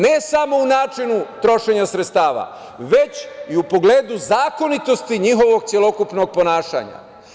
Ne samo u načinu trošenja sredstava, već i u pogledu zakonitosti njihovog celokupnog ponašanja.